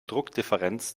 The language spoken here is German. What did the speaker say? druckdifferenz